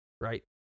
Right